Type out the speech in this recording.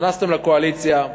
נכנסתם לקואליציה,